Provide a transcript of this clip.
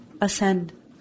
ascend